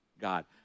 God